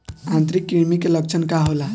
आंतरिक कृमि के लक्षण का होला?